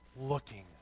looking